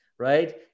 right